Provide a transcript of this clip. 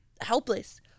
helpless